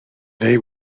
they